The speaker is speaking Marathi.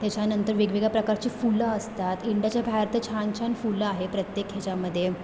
त्याच्यानंतर वेगवेगळ्या प्रकारची फुलं असतात इंडीयाच्या बाहेर तर छान छान फुलं आहेत प्रत्येक ह्याच्यामध्ये